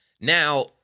Now